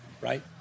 right